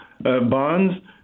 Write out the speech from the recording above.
bonds